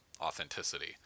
authenticity